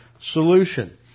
solution